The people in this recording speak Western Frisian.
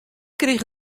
krige